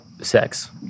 sex